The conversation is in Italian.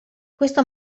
questo